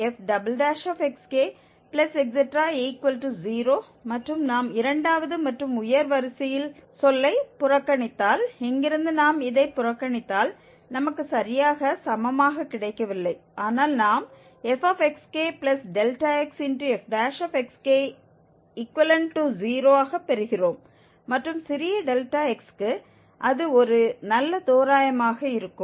∆x2fxk0 மற்றும் நாம் இரண்டாவது மற்றும் உயர் வரிசை சொல்லை புறக்கணித்தால் இங்கிருந்து நாம் இதை புறக்கணித்தால் நமக்கு சரியாக சமமாக கிடைக்கவில்லை ஆனால் நாம் fxk∆xfxk≈0 ஆக பெறுகிறோம் மற்றும் சிறிய Δx க்கு அது ஒரு நல்ல தோராயமாக இருக்கும்